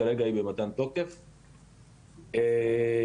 כרגע אני משווק את עין בטיחה,